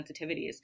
sensitivities